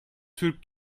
türk